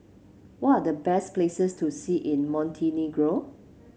what are the best places to see in Montenegro